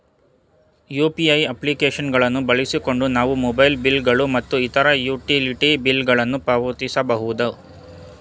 UPI application ಗಳನ್ನು ಬಳಸಿಕೊಂಡು ನಾವು ಮೊಬೈಲ್ ಬಿಲ್ ಗಳು ಮತ್ತು ಇತರ ಯುಟಿಲಿಟಿ ಬಿಲ್ ಗಳನ್ನು ಪಾವತಿಸಬಹುದು